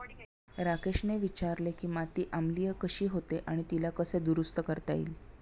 राकेशने विचारले की माती आम्लीय कशी होते आणि तिला कसे दुरुस्त करता येईल?